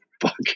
fuck